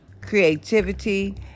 creativity